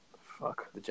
Fuck